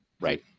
right